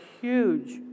huge